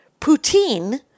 poutine